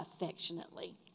affectionately